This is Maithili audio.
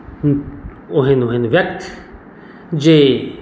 ओहन ओहन व्यक्ति जे